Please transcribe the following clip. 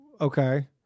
okay